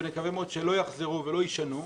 ונקווה מאוד שלא יחזרו ולא יישנו.